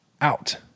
out